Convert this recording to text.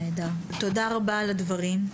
נהדר, תודה רבה על הדברים.